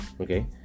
Okay